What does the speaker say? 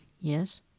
Yes